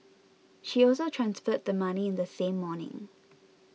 she also transferred the money in the same morning